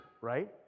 right